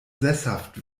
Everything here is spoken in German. sesshaft